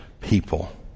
people